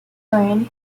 reign